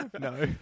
No